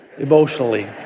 Emotionally